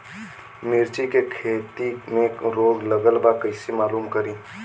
मिर्ची के खेती में रोग लगल बा कईसे मालूम करि?